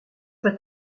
vas